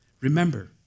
Remember